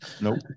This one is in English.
Nope